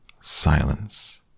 silence